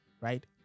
right